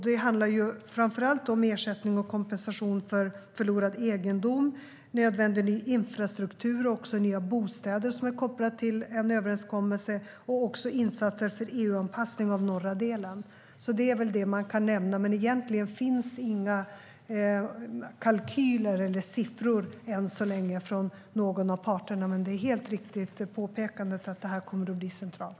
Det handlar framför allt om ersättning och kompensation för förlorad egendom, nödvändig infrastruktur och nya bostäder som är kopplat till en överenskommelse. Det gäller också insatser för en EU-anpassning av norra delen. Det är det man kan nämna. Men egentligen finns än så länge inga kalkyler eller siffror från någon av parterna. Men det är ett helt riktigt påpekande att det kommer att bli centralt.